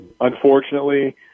unfortunately